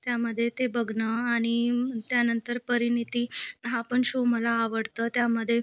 त्यामध्ये ते बघणं आणि त्यानंतर परिनिती हा पण शो मला आवडतो त्यामध्ये